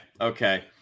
Okay